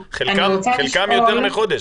חלקם כבר יותר מחודש.